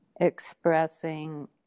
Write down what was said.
expressing